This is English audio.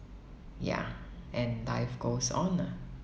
ya and life goes on ah